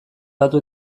batu